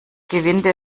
gewinde